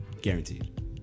guaranteed